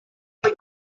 est